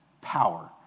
Power